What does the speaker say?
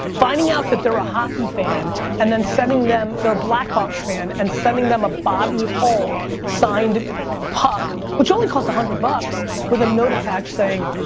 finding out that they're a hockey fan and then sending them their blackhawks fan and sending them a bobby hole signed puck, which only costs a hundred bucks with a note attached saying.